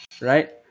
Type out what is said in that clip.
Right